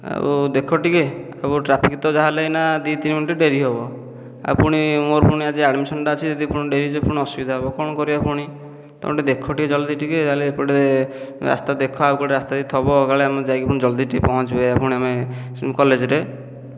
ଆଉ ଦେଖ ଟିକେ ଆଉ ଟ୍ରାଫିକ ତ ଯାହା ହେଲେ ଏହିନା ଦୁଇ ତିନି ମିନିଟ ଡେରି ହେବ ଆଉ ପୁଣି ମୋର ପୁଣି ଆଜି ଆଡ଼ମିଶନଟା ଅଛି ଯଦି ପୁଣି ଡେରି ହୋଇଯିବ ପୁଣି ଅସୁବିଧା ହୋଇଯିବ କ'ଣ କରିବା ପୁଣି ତୁମେ ଟିକେ ଦେଖ ଟିକେ ଜଲ୍ଦି ଟିକେ ଯାହେଲେ ଏପଟେ ରାସ୍ତା ଦେଖ ଆଉ କୁଆଡ଼େ ରାସ୍ତା ଯଦି ଥିବ କାଳେ ଆମେ ଯାଇକି ପୁଣି ଜଲ୍ଦି ଟିକେ ପହଞ୍ଚିବା ପୁଣି ଆମେ କଲେଜରେ